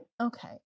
okay